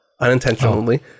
unintentionally